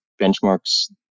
Benchmark's